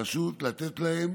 פשוט לתת להם